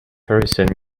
harrison